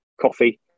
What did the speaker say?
coffee